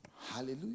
Hallelujah